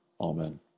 Amen